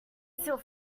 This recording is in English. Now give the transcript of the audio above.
sealed